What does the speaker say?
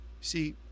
See